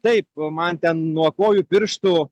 taip man ten nuo kojų pirštų